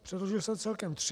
Předložil jsem celkem tři.